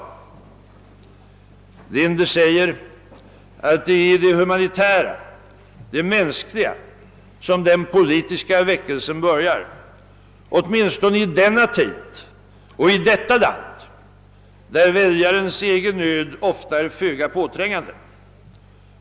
Linder säger att det är i det humanitära, det mänskliga, som den politiska väckelsen börjar — åtminstone i denna tid och i detta land, där väljarens egen nöd ofta är föga påträngande.